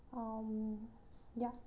um yeah